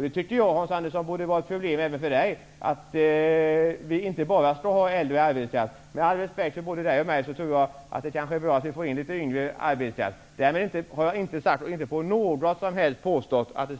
Det tycker jag borde vara ett problem även för Hans Andersson. Vi skall inte bara ha äldre arbetskraft. Med all respekt både för Hans Andersson och mig tror jag att det vore bra om vi fick in litet yngre arbetskraft. Därmed har jag inte sagt eller på något sätt påstått att